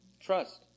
Trust